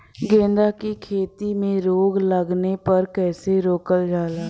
गेंदा की खेती में रोग लगने पर कैसे रोकल जाला?